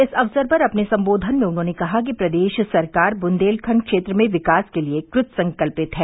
इस अवसर पर अपने सम्बोधन में उन्होंने कहा कि प्रदेश सरकार बुन्देलखण्ड क्षेत्र में विकास के लिये कृत संकल्पित है